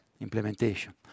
implementation